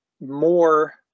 more